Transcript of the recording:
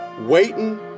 waiting